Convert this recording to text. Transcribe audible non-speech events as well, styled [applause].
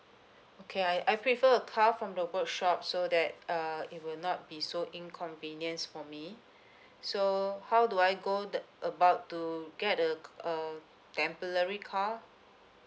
okay I I prefer a car from the workshop so that uh it will not be so inconvenience for me [breath] so how do I go that about to get the a temporary car